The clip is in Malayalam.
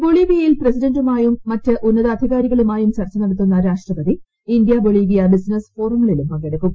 ബൊളീവിയയിൽ പ്രസിഡന്റുമായും മറ്റ് ഉന്നതാധികാരികളുമായും ചർച്ച നടത്തുന്ന രാഷ്ട്രപതി ഇന്ത്യ ബൊളീവിയ ബിസിനസ് ഫോറങ്ങളിലും പങ്കെടുക്കും